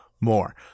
more